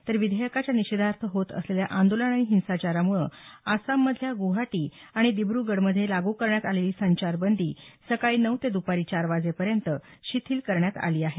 तर विधेयकाच्या निषेधार्थ होत असलेल्या आंदोलन आणि हिंसाचाराम्ळं असामामधल्या ग्वाहाटी आणि दिब्रगडमधे लागू करण्यात आलेली संचार बंदी सकाळी नऊ ते दूपारी चार वाजेपर्यंत शिथील करण्यात आली आहे